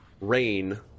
rain